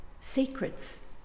secrets